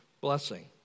blessing